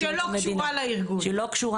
שלא קשורה,